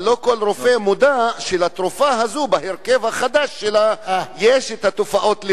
אבל לא כל רופא מודע לכך שלתרופה הזאת בהרכב החדש שלה יש תופעות הלוואי.